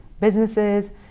businesses